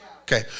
okay